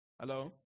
Hello